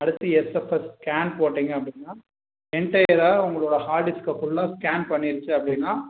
அடுத்து accepted scan போட்டிங்க அப்படினா எண்டையராக உங்களோட ஹார்ட் டிஸ்க்கை ஃபுல்லாக ஸ்கேன் பண்ணிடுச்சு அப்படினா